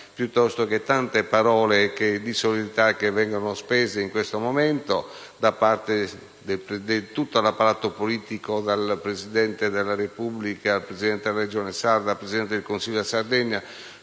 rispetto alle tante parole di solidarietà che vengono spese in questo momento da parte di tutto l'apparato politico, a cominciare dal Presidente della Repubblica, dal Presidente della Regione Sardegna, dal Presidente del Consiglio regionale,